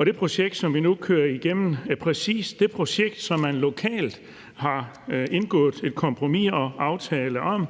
Det projekt, som vi nu kører igennem, er præcis det projekt, som man lokalt har indgået et kompromis og en aftale om.